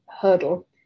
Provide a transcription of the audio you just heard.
hurdle